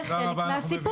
זה חלק מהסיפור.